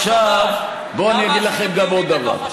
עכשיו בואו ואני אגיד לכם עוד דבר.